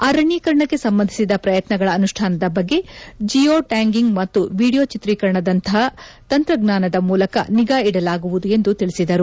ಅರಣ್ಯೀಕರಣಕ್ಕೆ ಸಂಬಂಧಿಸಿದ ಪ್ರಯತ್ನಗಳ ಅನುಷ್ಣಾನದ ಬಗ್ಗೆ ಜಿಯೋ ಟ್ಯಾಂಗಿಂಗ್ ಮತ್ತು ವಿದಿಯೋ ಚಿತ್ರೀಕರಣದಂಥ ತಂತ್ರಜ್ಞಾನದ ಮೂಲಕ ನಿಗಾ ಇಡಲಾಗುವುದು ಎಂದು ತಿಳಿಸಿದರು